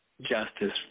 justice